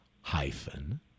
Hyphen